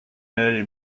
mary